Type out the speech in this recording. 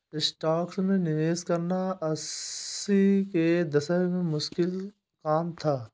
stocks में निवेश करना अस्सी के दशक में मुश्किल काम था